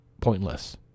pointless